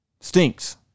stinks